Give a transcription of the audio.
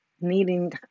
needing